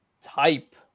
type